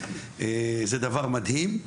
זה דבר מדהים.